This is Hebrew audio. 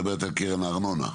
את מדברת על קרן הארנונה.